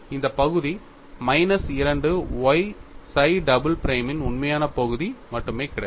இந்த பகுதி minus 2 y psi double பிரைமின் உண்மையான பகுதி மட்டுமே கிடைத்தது